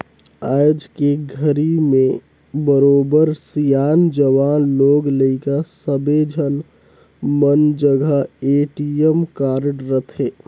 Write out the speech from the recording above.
आयज के घरी में बरोबर सियान, जवान, लोग लइका सब्बे झन मन जघा ए.टी.एम कारड रथे